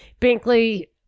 Binkley